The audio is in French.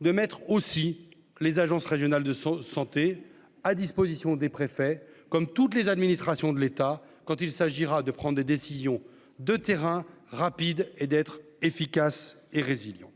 de mettre aussi les agences régionales de santé à disposition des préfets, comme toutes les administrations de l'État quand il s'agira de prendre des décisions de terrain rapide et d'être efficace est résiliant